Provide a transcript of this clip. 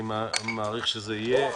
אני מעריך שזה יהיה.